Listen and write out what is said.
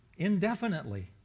indefinitely